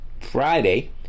Friday